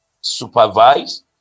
supervise